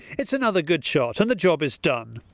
it's another good shot and the job is done.